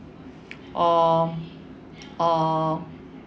or or